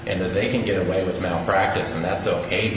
and that they can get away with malpractise and that's ok